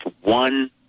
one